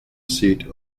seat